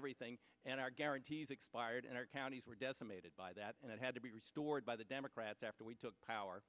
everything and our guarantees expired and our counties were decimated by that and it had to be restored by the democrats after we took power